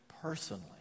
personally